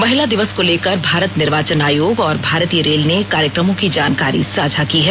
महिला दिवस को लेकर भारत निर्वाचन आयोग और भारतीय रेल ने कार्यक्रमों की जानकारी साझा की है